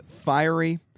Fiery